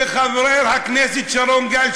וחבר הכנסת שרון גל,